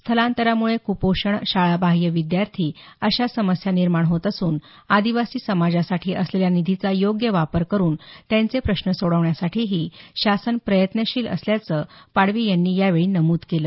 स्थलांतरामुळे कुपोषण शाळाबाह्य विद्यार्थी अशा समस्या निर्माण होत असून आदिवासी समाजासाठी असलेल्या निधीचा योग्य वापर करून त्यांचे प्रश्न सोडवण्यासाठीही शासन प्रयत्नशील असल्याचं पाडवी यांनी यावेळी नमूद केल